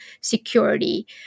security